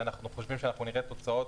ואנחנו חושבים שנראה תוצאות.